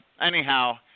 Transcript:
anyhow